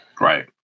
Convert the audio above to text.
Right